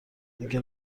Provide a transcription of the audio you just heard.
مگه